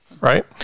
Right